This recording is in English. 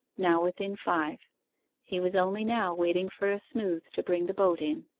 now within five he was only now waiting for a smooth to bring the boat in.